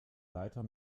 leiter